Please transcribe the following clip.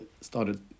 started